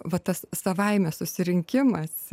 vat tas savaime susirinkimas